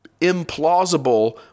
implausible